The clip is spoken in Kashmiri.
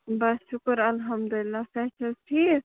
بَس شُکُر الحمدُاللہ صحت چھا حظ ٹھیٖک